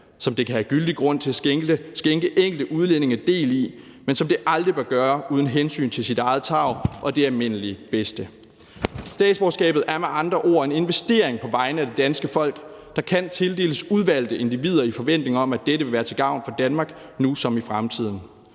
som det kan have gyldig grund til at skænke enkelte udlændinge del i, men som det aldrig må gøre uden hensyn til sit eget tarv og det almindelige bedste. Statsborgerskabet er med andre ord en investering på vegne af det danske folk, der kan tildeles udvalgte individer, i forventning om at dette vil være til gavn for Danmark nu som i fremtiden.